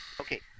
okay